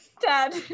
dad